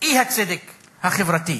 אי-הצדק החברתי,